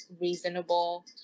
reasonable